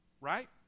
right